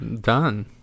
done